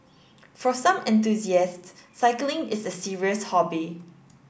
for some enthusiasts cycling is a serious hobby